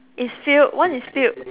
it's spilled one is spilled